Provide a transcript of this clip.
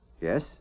Yes